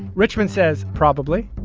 richman says probably.